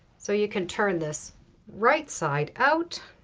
so you can turn this right side out